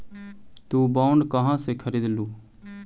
तु बॉन्ड कहा से खरीदलू?